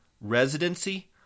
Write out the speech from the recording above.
residency